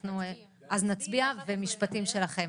נצביע ואז דברים שלכם.